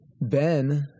Ben